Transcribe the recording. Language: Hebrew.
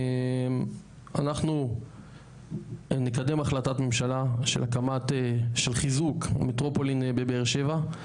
אנחנו נקדם החלטת ממשלה של חיזוק מטרופולין בבאר שבע.